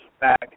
back